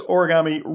Origami